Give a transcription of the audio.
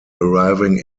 arriving